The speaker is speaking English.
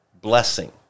blessing